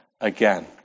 again